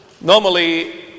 normally